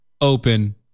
open